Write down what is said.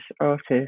artist